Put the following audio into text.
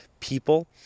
People